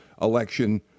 election